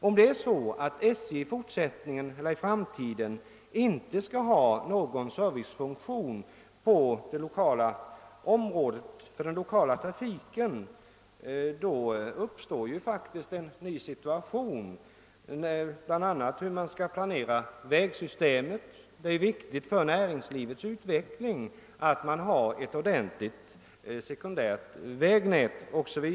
Om inte SJ i framtiden skall ha någon servicefunktion på den lokala trafikens område, uppstår faktiskt en ny situation, bl.a. när det gäller planeringen av vägsystemet. Det är viktigt för näringslivets utveckling att man har ett ordentligt sekundärt vägnät o.s. v.